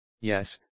Yes